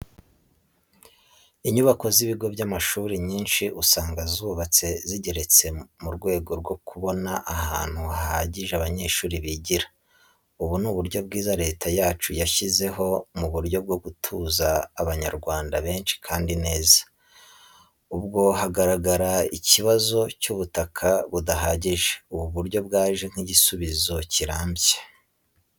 Inyubako z'ibigo by'amashuri nyinshi usanga zubatse zigeretse mu rwego rwo kubona ahantu hahagije abanyeshuri bigira. Ubu ni uburyo bwiza Leta yacu yashyizeho mu buryo bwo gutuza Abanyarwanda benshi kandi neza. Ubwo hagaragaraga icyibazo cy'ubutaka budahagije, ubu buryo bwaje nk'igisubizo kirambye.